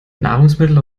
nahrungsmittel